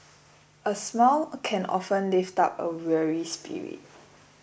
a smile can often lift up a weary spirit